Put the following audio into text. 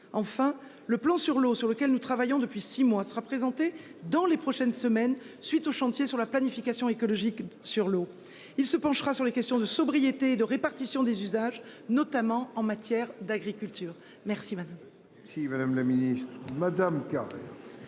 Enfin le plan sur l'eau, sur lequel nous travaillons depuis six mois, sera présenté dans les prochaines semaines suite au chantier sur la planification écologique sur l'eau. Il se penchera sur les questions de sobriété et de répartition des usages, notamment en matière d'agriculture. Merci madame. Si Madame